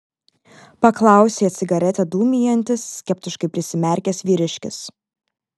paklausė cigaretę dūmijantis skeptiškai prisimerkęs vyriškis